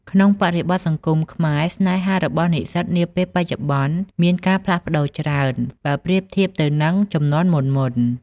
ក្នុងបរិបទសង្គមខ្មែរ ស្នេហារបស់និស្សិតនាពេលបច្ចុប្បន្នមានការផ្លាស់ប្តូរច្រើន បើប្រៀបធៀបទៅនឹងជំនាន់មុនៗ។